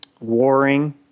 warring